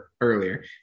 earlier